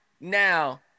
Now